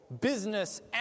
business